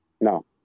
No